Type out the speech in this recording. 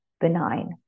benign